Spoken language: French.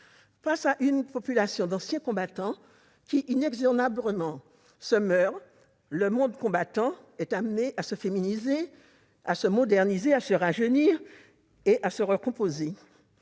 Face à une population d'anciens combattants qui, inexorablement, se meurt, le monde combattant est amené à se féminiser, à se moderniser, à rajeunir, et se compose